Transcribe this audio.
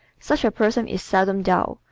such a person is seldom dull.